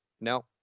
no